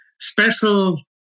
special